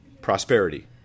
prosperity